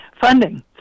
funding